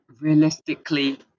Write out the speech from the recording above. realistically